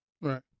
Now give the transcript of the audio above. Right